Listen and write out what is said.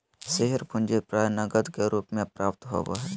share पूंजी प्राय नकद के रूप में प्राप्त होबो हइ